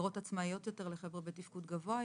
דירות עצמאיות יותר לחבר'ה בתפקוד גבוה יותר.